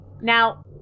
Now